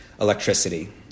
electricity